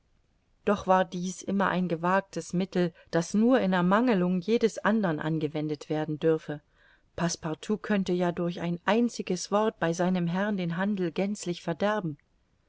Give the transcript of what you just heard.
doch war dies immer ein gewagtes mittel das nur in ermangelung jedes andern angewendet werden dürfe passepartout könnte ja durch ein einziges wort bei seinem herrn den handel gänzlich verderben